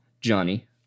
Johnny